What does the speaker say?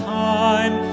time